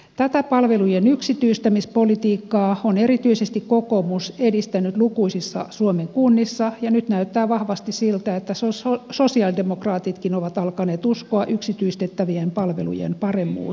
tätä palvelujen yksityistämispolitiikkaa on erityisesti kokoomus edistänyt lukuisissa suomen kunnissa ja nyt näyttää vahvasti siltä että sosialidemokraatitkin ovat alkaneet uskoa yksityistettävien palvelujen paremmuuteen